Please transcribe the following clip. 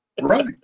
Right